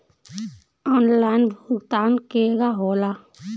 Online भुगतान केगा होला?